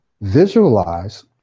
visualize